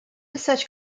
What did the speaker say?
such